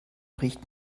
bricht